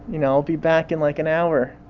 you know? i'll be back in, like, an hour.